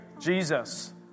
Jesus